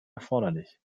erforderlich